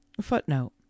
Footnote